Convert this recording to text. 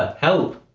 ah help!